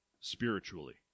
spiritually